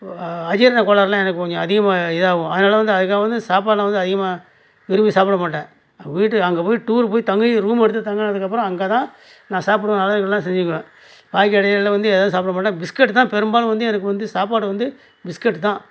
அஜீரணக் கோளாறுலாம் எனக்கு கொஞ்சம் அதிகமாக இதாகும் அதனால் தான் அதுக்காக வந்து சாப்பாடுலாம் வந்து அதிகமாக விரும்பி சாப்பிடமாட்டேன் வீட்டுக்கு அங்கே போய் டூரு போய் தங்கி ரூமு எடுத்து தங்கினதுக்கப்பறம் அங்கேதான் நான் சாப்பிடுவேன் நல்லது கெட்டதுலாம் செஞ்சுக்குவேன் பாக்கி இடையிலலாம் வந்து எதுவும் சாப்பிட மாட்டேன் பிஸ்கெட்டு தான் பெரும்பாலும் வந்து எனக்கு வந்து சாப்பாடு வந்து பிஸ்கெட் தான்